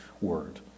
Word